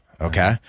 Okay